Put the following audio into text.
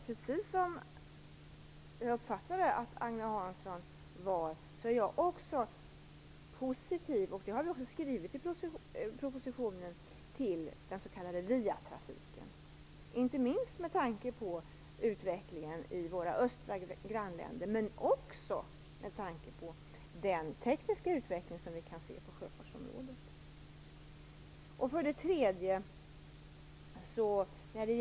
Precis som jag uppfattade att Agne Hansson var är jag positiv till den s.k. viatrafiken - det har jag skrivit också i propositionen - inte minst med tanke på utvecklingen i våra östra grannländer men också med tanke på den tekniska utveckling som vi kan se på sjöfartsområdet.